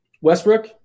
westbrook